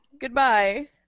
Goodbye